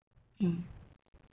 mm